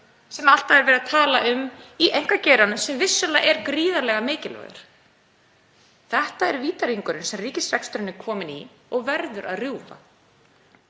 sem alltaf er verið að tala um, í einkageiranum sem vissulega er gríðarlega mikilvægur. Þetta er vítahringurinn sem ríkisreksturinn er kominn í og verður að rjúfa.